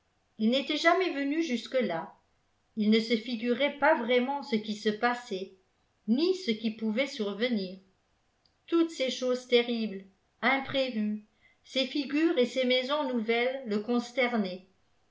ii n'était jamais venu jusque-là il ne se figurait pas vraiment ce qui se passait ni ce qui pouvait survenir toutes ces choses terribles imprévues ces figures et ces maisons nouvelles le